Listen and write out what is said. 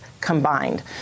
combined